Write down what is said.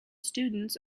students